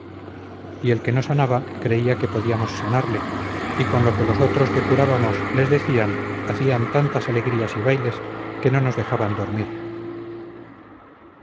y el que no sanaba creía que podíamos sanarle y con lo que los otros que curábamos les decían hacían tantas alegrías y bailes que no nos dejaban dormir